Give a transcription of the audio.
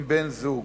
עם בן זוג.